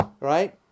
right